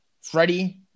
Freddie